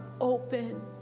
open